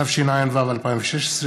התשע"ו 2016,